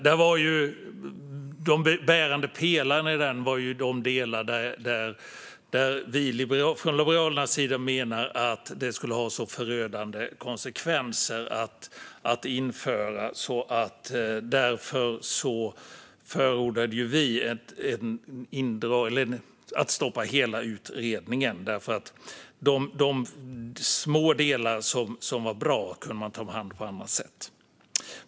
När det gäller de bärande pelarna i den menar vi från Liberalernas sida att det skulle ha förödande konsekvenser att införa dem. Därför förordade vi att hela utredningen skulle stoppas. De små delar som var bra kunde man ta om hand på andra sätt.